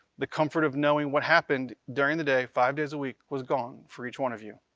the comfort of knowing what happened during the day five days a week was gone for each one of you.